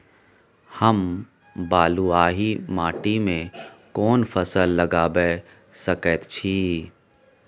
हम बलुआही माटी में कोन फसल लगाबै सकेत छी?